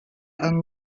yng